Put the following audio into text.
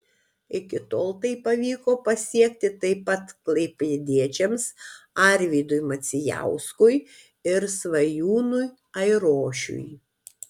iki tol tai pavyko pasiekti taip pat klaipėdiečiams arvydui macijauskui ir svajūnui airošiui